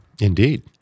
Indeed